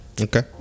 okay